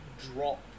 drop